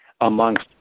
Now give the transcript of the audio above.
amongst